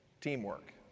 teamwork